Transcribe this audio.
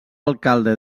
alcalde